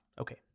Okay